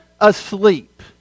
asleep